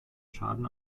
schaden